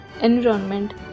environment